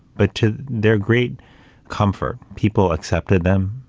but to their great comfort, people accepted them,